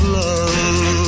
love